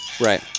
Right